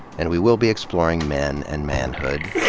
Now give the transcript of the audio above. and we will be exploring men and manhood,